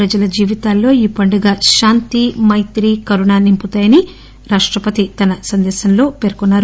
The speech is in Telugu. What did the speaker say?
ప్రజల జీవితాల్లో ఈ పండుగ శాంతి మైత్రి కరుణ నింపుతాయని రాష్టపతి తన సందేశంలో పేర్కొన్నారు